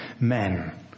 men